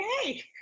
okay